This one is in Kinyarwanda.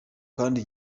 kandi